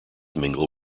mingle